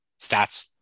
Stats